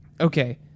okay